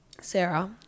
Sarah